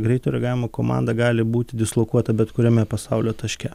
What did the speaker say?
greito reagavimo komanda gali būti dislokuota bet kuriame pasaulio taške